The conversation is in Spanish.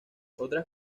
otras